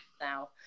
now